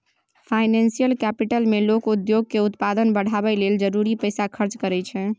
financial capital मे लोक उद्योग के उत्पादन बढ़ाबय लेल जरूरी पैसा खर्च करइ छै